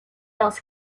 else